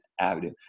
avenue